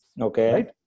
Okay